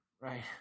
right